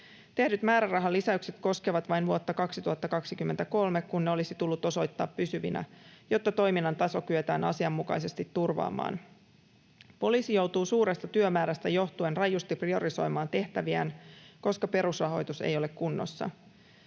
Tehdyt määrärahalisäykset koskevat vain vuotta 2023, kun ne olisi tullut osoittaa pysyvinä, jotta toiminnan taso kyetään asianmukaisesti turvaamaan. Poliisi joutuu suuresta työmäärästä johtuen rajusti priorisoimaan tehtäviään, koska perusrahoitus ei ole kunnossa.